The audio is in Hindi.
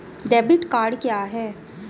डेबिट कार्ड क्या है?